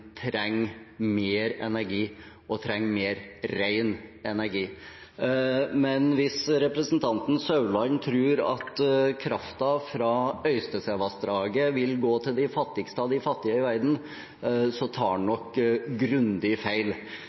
trenger mer energi og trenger mer ren energi, men hvis representanten Meininger Saudland tror at kraften fra Øystesevassdraget vil gå til de fattigste av de fattige i verden, tar han nok grundig feil.